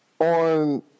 on